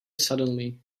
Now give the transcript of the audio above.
suddenly